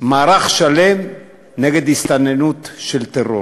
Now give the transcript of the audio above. מערך שלם נגד הסתננות של טרור.